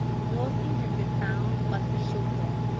nothing has been found but the chauffeur,